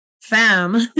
fam